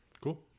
Cool